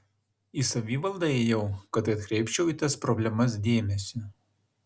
į savivaldą ėjau kad atkreipčiau į tas problemas dėmesį